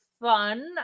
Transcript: fun